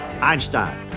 Einstein